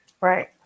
Right